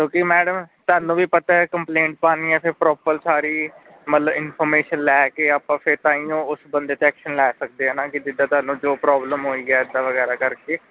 ਕਿਉਂਕਿ ਮੈਡਮ ਤੁਹਾਨੂੰ ਵੀ ਪਤਾ ਕੰਪਲੇਂਟ ਪਾਉਣੀ ਹੈ ਫਿਰ ਪ੍ਰੋਪਰ ਸਾਰੀ ਮਤਲਬ ਇਨਫੋਰਮੇਸ਼ਨ ਲੈ ਕੇ ਆਪਾਂ ਫਿਰ ਤਾਹੀਓਂ ਉਸ ਬੰਦੇ 'ਤੇ ਐਕਸ਼ਨ ਲੈ ਸਕਦੇ ਨਾ ਕਿ ਜਿੱਦਾਂ ਤੁਹਾਨੂੰ ਜੋ ਪ੍ਰੋਬਲਮ ਹੋਈ ਹੈ ਇੱਦਾਂ ਵਗੈਰਾ ਕਰਕੇ